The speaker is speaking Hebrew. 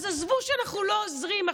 אז עזבו שאנחנו לא עוזרים,